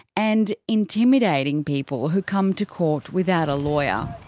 and intimidating people who come to court without a lawyer.